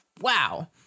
wow